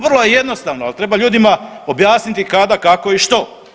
Vrlo je jednostavno, ali treba ljudima objasniti kada, kako i što.